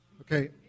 Okay